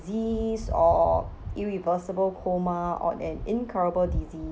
disease or irreversible coma or an incurable disease